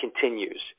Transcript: continues